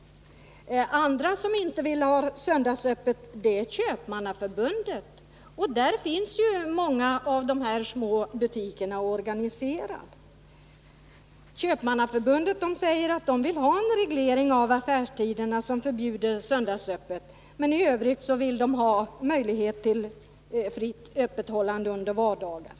En annan part som inte vill ha söndagsöppet är Köpmannaförbundet, där många av dessa små butiker är organiserade. Köpmannaförbundet säger att man vill ha en reglering av af stiderna som förbjuder söndagsöppet. I övrigt vill man ha möjlighet till fritt öppethållande under vardagar.